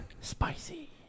Spicy